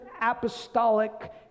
apostolic